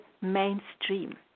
mainstream